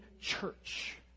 church